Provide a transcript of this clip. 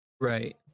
right